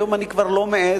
היום אני כבר לא מעז,